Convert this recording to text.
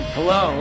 Hello